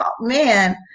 Man